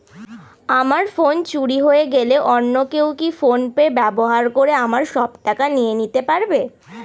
আমার ফোন চুরি হয়ে গেলে অন্য কেউ কি ফোন পে ব্যবহার করে আমার সব টাকা নিয়ে নিতে পারবে?